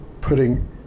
putting